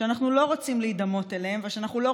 שאנחנו לא רוצים להידמות אליהן ושאנחנו גם לא